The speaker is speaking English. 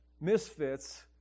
misfits